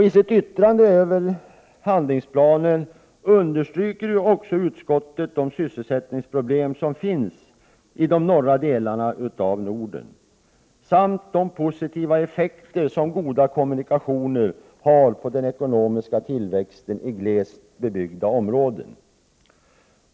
I sitt yttrande över handlingsplanen understryker utskottet de sysselsättningsproblem som finns i de norra delarna av Norden samt de positiva effekter som goda kommunikationer har på den ekonomiska tillväxten i glest bebyggda områden.